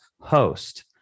host